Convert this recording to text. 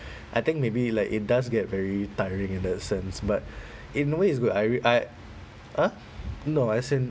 I think maybe like it does get very tiring in that sense but in a way it's good I re~ I !huh! no as in